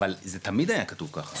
אבל זה תמיד היה כתוב ככה.